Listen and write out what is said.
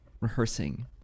rehearsing